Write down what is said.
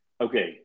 Okay